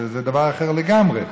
זה דבר אחר לגמרי.